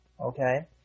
Okay